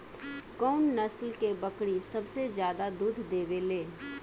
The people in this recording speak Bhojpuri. कउन नस्ल के बकरी सबसे ज्यादा दूध देवे लें?